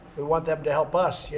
we want them to help us. you